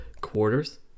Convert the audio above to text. quarters